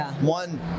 One